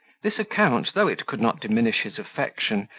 this account, though it could not diminish his affection,